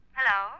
Hello